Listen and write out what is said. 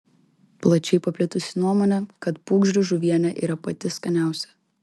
plačiai paplitusi nuomonė kad pūgžlių žuvienė yra pati skaniausia